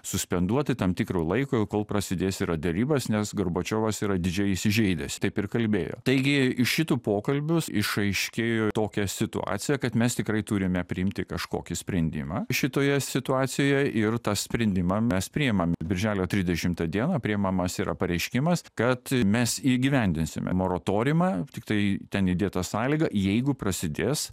suspenduoti tam tikrą laiką kol prasidės yra derybos nes gorbačiovas yra didžiai įsižeidęs taip ir kalbėjo taigi iš šitų pokalbių išaiškėjo tokia situacija kad mes tikrai turime priimti kažkokį sprendimą šitoje situacijoj ir tą sprendimą mes priimame birželio trisdešimtą dieną priimamas yra pareiškimas kad mes įgyvendinsime moratoriumą tiktai ten įdėta sąlyga jeigu prasidės